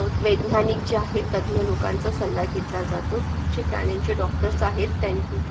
वैज्ञानिक जे आहे तज्ज्ञ लोकांचा सल्ला घेतला जातो जे प्राण्यांचे डॉक्टर्स आहेत त्यान